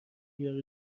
یارو